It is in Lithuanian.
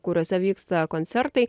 kuriose vyksta koncertai